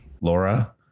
Laura